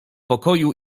pokoju